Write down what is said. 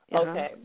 Okay